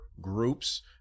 groups